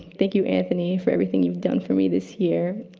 thank you, anthony, for everything you've done for me this year.